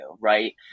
right